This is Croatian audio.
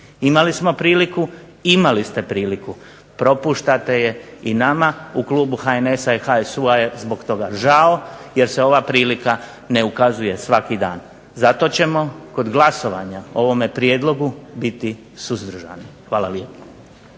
Imali smo priliku, imali ste priliku. Propuštate je i nama u klubu HNS-a, HSU-a je zbog toga žao jer se ova prilika ne ukazuje svaki dan. Zato ćemo kod glasovanja o ovome prijedlogu biti suzdržani. Hvala lijepo.